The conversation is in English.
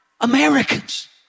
Americans